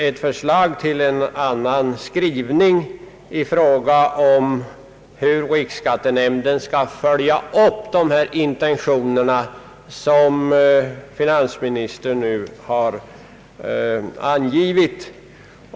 Där föreslås en annan skrivning än utskottets beträffande frågan om hur riksskattenämnden skall följa upp de intentioner som finansministern har angivit.